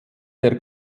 der